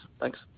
Thanks